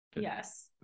Yes